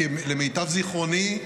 ולמיטב זכרוני,